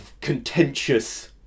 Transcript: contentious